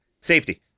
safety